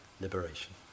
liberation